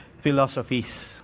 philosophies